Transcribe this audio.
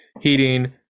heating